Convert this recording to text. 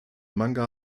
manga